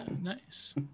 nice